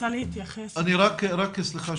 סליחה,